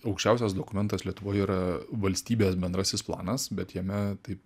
aukščiausias dokumentas lietuvoje yra valstybės bendrasis planas bet jame taip